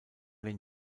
den